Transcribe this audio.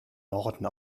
norden